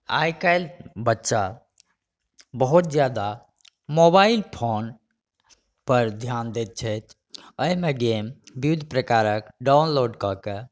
आइकाल्हि बच्चा बहुत जादा मोबाइल फोन पर ध्यान दैत छथि एहि मे गेम विविध प्रकारक डाउनलोड कऽ कऽ